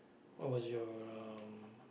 what was your um